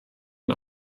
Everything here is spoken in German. ein